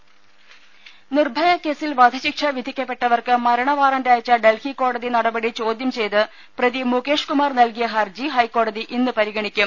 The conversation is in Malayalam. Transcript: ദദ നിർഭയ കേസിൽ വധശിക്ഷ വിധിക്കപ്പെട്ടവർക്ക് മരണ വാറന്റയച്ച ഡൽഹി കോടതി നടപടി ചോദ്യം ചെയ്ത് പ്രതി മുകേശ് കുമാർ നൽകിയ ഹർജി ഹൈക്കോടതി ഇന്ന് പരിഗണിക്കും